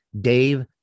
Dave